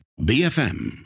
BFM